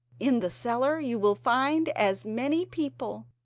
in the cellar you will find as many people,